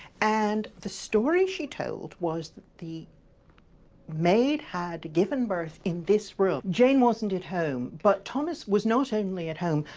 and the story she told was the the maid had given birth in this room. jane wasn't at home, but thomas was not only at home,